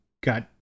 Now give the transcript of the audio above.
got